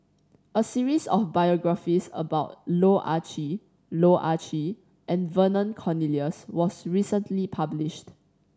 a series of biographies about Loh Ah Chee Loh Ah Chee and Vernon Cornelius was recently published